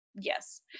yes